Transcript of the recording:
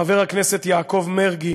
חבר הכנסת יעקב מרגי,